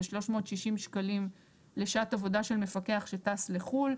זה 360 שקלים לשעת עבודה של מפקח שטס לחו"ל.